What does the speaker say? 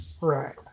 Right